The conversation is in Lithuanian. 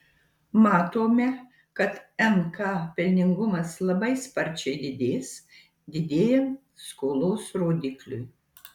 matome kad nk pelningumas labai sparčiai didės didėjant skolos rodikliui